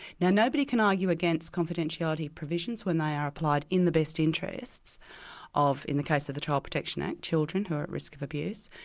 now nobody can argue against confidentiality provisions when they are applied in the best interests of, in the case of the child protection act, children who are at risk of abuse,